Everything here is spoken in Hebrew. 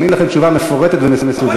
עונים לכם תשובה מפורטת ומסודרת.